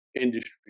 industry